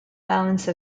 balance